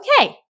okay